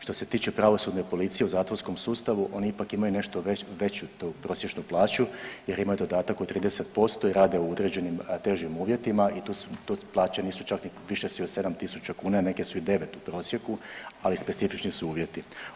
Što se tiče pravosudne policije u zatvorskom sustavu oni ipak imaju nešto veću tu prosječnu plaću jer imaju dodatak od 30% i rade u određenim težim uvjetima i tu plaće nisu čak, više su od 7.000 kuna, a neke su i 9.000 u prosjeku, ali specifični su uvjeti.